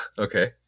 Okay